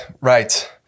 right